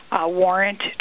warrant